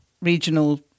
regional